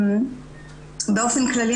באופן כללי,